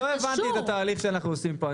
לא הבנתי את התהליך שאנחנו עושים פה,